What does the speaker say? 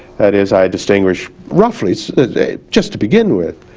that is i distinguish roughly so just to begin with,